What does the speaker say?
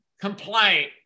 complaint